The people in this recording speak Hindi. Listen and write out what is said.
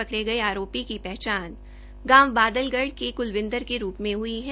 पकड़े गये आरोपी की पहचान गांव बादलगढ़ के क्लविंदर के रूप में ह्ई है